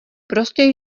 prostě